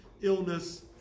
illness